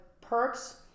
perks